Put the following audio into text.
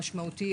המשמעותי,